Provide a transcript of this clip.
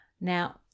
Now